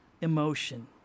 emotion